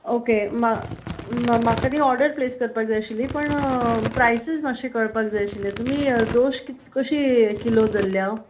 okay म्हाका न्हय order place करपा जाय आशिल्ली पूण प्रायसीस कळपाक जाय आशिल्ले तुमी दोस कशे किलो धरल्या